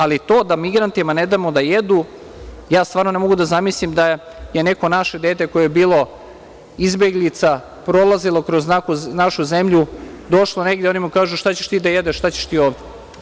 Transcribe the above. Ali to da ne damo migrantima da jedu, ja stvarno ne mogu da zamislim da je neko naše dete koje je bilo izbeglica, prolazilo kroz našu zemlju, došlo negde i oni mu kažu šta ćeš ti da jedeš, šta ćeš ti ovde?